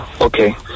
Okay